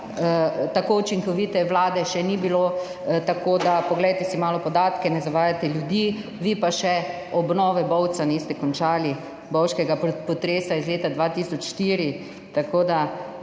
tako učinkovite vlade še ni bilo. Tako da poglejte si malo podatke, ne zavajajte ljudi. Vi pa še obnove Bovca niste končali, bovškega potresa iz leta 2004, tako da